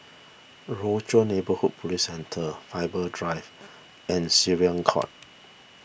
Rochor Neighborhood Police Centre Faber Drive and Syariah Court